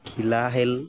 ঘিলা খেল